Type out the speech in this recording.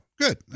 Good